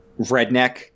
redneck